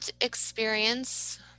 experience